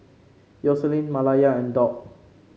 Yoselin Malaya and Doug